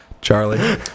Charlie